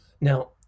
now